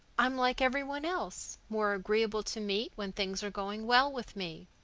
i'm like every one else more agreeable to meet when things are going well with me.